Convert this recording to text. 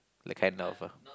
like kind of a